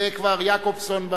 זה כבר יעקובזון,